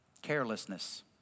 Carelessness